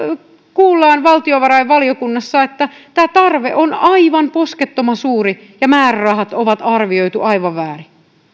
kuulemme valtiovarainvaliokunnassa että tämä tarve on aivan poskettoman suuri ja määrärahat on arvioitu aivan väärin